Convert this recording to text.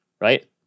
right